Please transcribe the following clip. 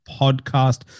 podcast